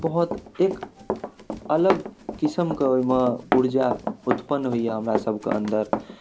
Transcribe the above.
बहोत एक अलग किसिमके ओहिमे उर्जा उत्पन्न होइए हमरासभके अन्दर